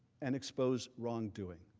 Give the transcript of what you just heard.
and expose wrongdoing.